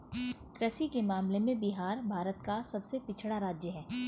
कृषि के मामले में बिहार भारत का सबसे पिछड़ा राज्य है